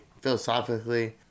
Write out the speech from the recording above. philosophically